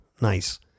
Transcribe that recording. Nice